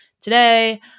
today